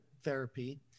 therapy